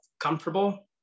comfortable